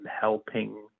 helping